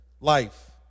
life